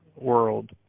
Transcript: world